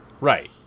Right